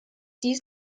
dies